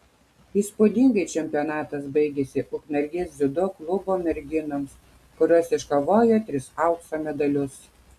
įspūdingai čempionatas baigėsi ukmergės dziudo klubo merginoms kurios iškovojo tris aukso medalius